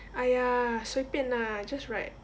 !aiya! 随便 lah just write